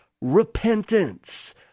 repentance